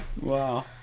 wow